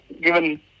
given